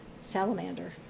salamander